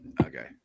Okay